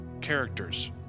characters